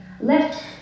left